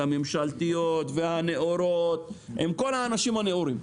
הממשלתיות והנאורות עם כל האנשים הנאורים.